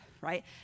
right